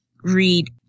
read